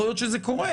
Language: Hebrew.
יכול להיות שזה קורה,